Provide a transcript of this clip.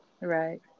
right